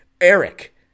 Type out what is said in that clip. Eric